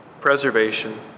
preservation